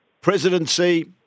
presidency